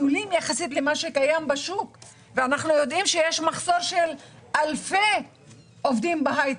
אנחנו יודעים שיש מחסור של אלפי עובדים בהייטק.